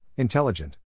Intelligent